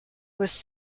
was